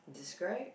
describe